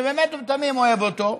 שבאמת ובתמים אוהב אותו,